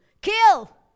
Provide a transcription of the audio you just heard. Kill